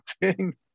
ding